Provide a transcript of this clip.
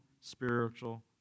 spiritual